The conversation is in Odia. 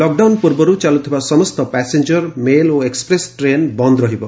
ଲକଡାଉନ ପୂର୍ବରୁ ଚାଲୁଥିବା ସମସ୍ତ ପାସେଞ୍ଜରମେଲ୍ ଓ ଏକ୍ସପ୍ରେସ୍ ଟ୍ରେନ୍ ବନ୍ଦ ରହିବ